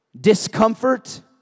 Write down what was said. discomfort